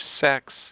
sex